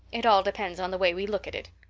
it all depends on the way we look at it.